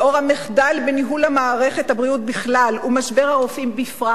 לאור המחדל בניהול מערכת הבריאות בכלל ומשבר הרופאים בפרט,